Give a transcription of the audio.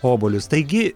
obuolius taigi